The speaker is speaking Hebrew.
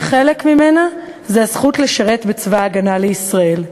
שחלק ממנה זו הזכות לשרת בצבא הגנה לישראל.